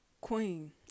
Queen